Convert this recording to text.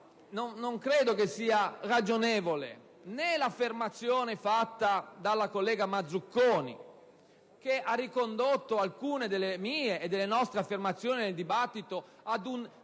Non credo che sia ragionevole l'affermazione fatta dalla collega Mazzuconi, che ha ricondotto alcune delle nostre affermazioni fatte nel dibattito ad una